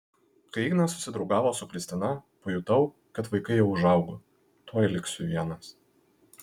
kai ignas susidraugavo su kristina pajutau kad vaikai jau užaugo tuoj liksiu vienas